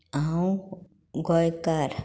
हांव गोंयकार